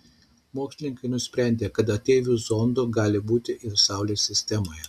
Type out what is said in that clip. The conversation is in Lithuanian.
matematikai nusprendė kad ateivių zondų gali būti ir saulės sistemoje